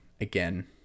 again